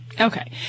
Okay